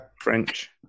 French